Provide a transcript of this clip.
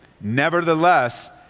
Nevertheless